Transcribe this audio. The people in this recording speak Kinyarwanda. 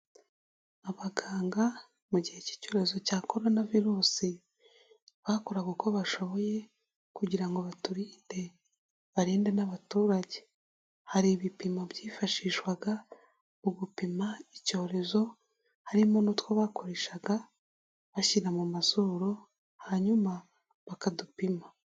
Abaganga mu gihe k'icyorezo cya korona virusi, bakoraga uko bashoboye kugira ngo baturinde, barinde n'abaturage. Hari ibipimo byifashishwaga ugupima icyorezo, harimo n'utwo bakoreshaga bashyira mu mazuru hanyuma bakadupima